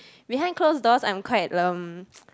behind closed doors I'm quite um